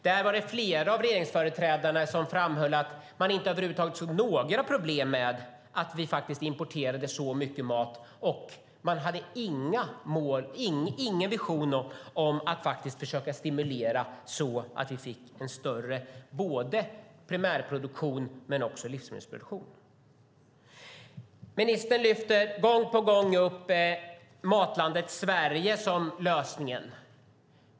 Där var det flera av regeringsföreträdarna som framhöll att man inte såg några problem över huvud taget med att vi importerar så mycket mat, och man hade ingen vision om att försöka stimulera så att vi får en större både primärproduktion och livsmedelsproduktion. Ministern lyfter gång på gång upp Matlandet Sverige som lösningen.